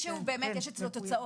מי שבאמת יש אצלו תוצאות,